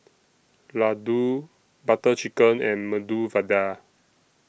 Ladoo Butter Chicken and Medu Vada